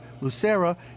Lucera